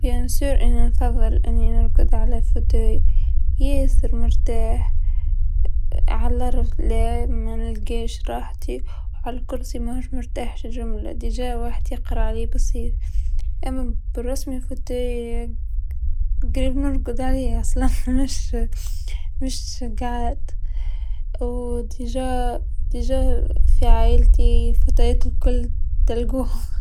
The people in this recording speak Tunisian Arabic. أكيد نفضل نرقد على فوتاي ياسر مرتاح، على لارض لا منلقاش راحتي و على الكرسي ماهوش مرتاح جمله، أصلا واحد يقرا عليه بسيف، أما بالرسمي فوتاي قريب نرقد عليه أصلا مش، مش قعاد و أصلا، أصلا في عايلتي فوتايات الكل طلقوهم.